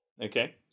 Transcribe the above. Okay